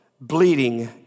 bleeding